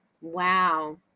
Wow